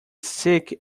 sick